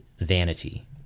vanity